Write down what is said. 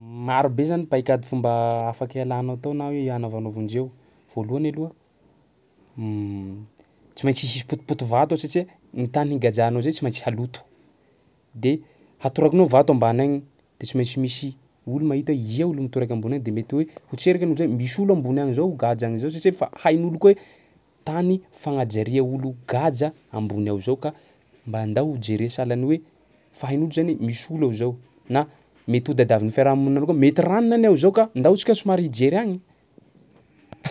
Marobe zany paikady fomba afaka ialanao tao na hoe anaovanao vonjeo. Voalohany aloha tsy maintsy hisy potipoty vato ao satsia ny tany higadranao zay tsy maintsy haloto de hatorakinao vato ambany agny de tsy maintsy misy olo mahita hoe ia olo mitoraka ambony any de mety hoe hotserika ny olo zay misy olo ambony agny zao gadra agny zao satsia fa hain'olo koa hoe tany fagnajaria olo gadra ambony ao zao ka mba andao ho jere sahalan'ny hoe fa hain'olo zany hoe misy olo ao zao na mety ho tadavin'ny fiarahamonina reo koa mety r'anona ne ao zao ka ndao antsika somary hijery agny!